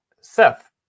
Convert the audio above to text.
Seth